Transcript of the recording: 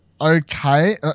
okay